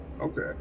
Okay